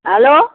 hello